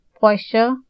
posture